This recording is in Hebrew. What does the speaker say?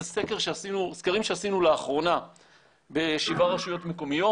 סקרים שעשינו לאחרונה בשבעה רשויות מקומיות